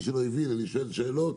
למי שלא הבין, אני שואל שאלות